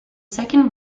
second